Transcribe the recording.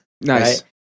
Nice